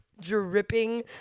dripping